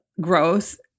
growth